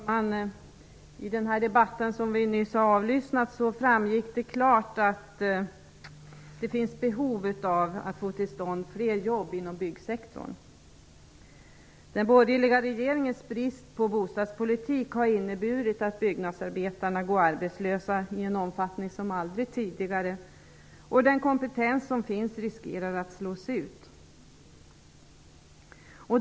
Herr talman! I den debatt som vi nyss avlyssnade framgick det klart att det finns behov av att få till stånd fler jobb inom byggsektorn. Den borgerliga regeringens brist på bostadspolitik har inneburit att byggnadsarbetare går arbetslösa i en omfattning som aldrig tidigare. Den kompetens som finns riskerar att slås ut.